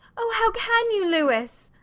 oh, how can you, louis?